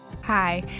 Hi